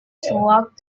throughout